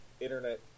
internet